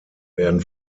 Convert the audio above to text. werden